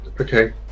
okay